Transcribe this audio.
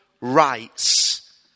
rights